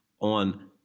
on